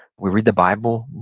we read the bible,